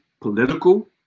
political